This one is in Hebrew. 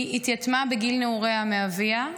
היא התייתמה בגיל נעוריה מאביה,